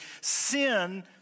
Sin